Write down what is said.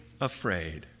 afraid